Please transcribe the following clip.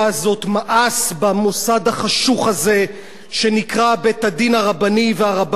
מאס במוסד החשוך הזה שנקרא בית-הדין הרבני והרבנות הזאת,